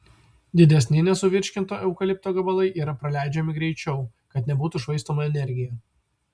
didesni nesuvirškinto eukalipto gabalai yra praleidžiami greičiau kad nebūtų švaistoma energija